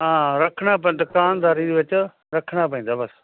ਹਾਂ ਰੱਖਣਾ ਪੈਂਦਾ ਦੁਕਾਨਦਾਰੀ ਦੇ ਵਿੱਚ ਰੱਖਣਾ ਪੈਂਦਾ ਬਸ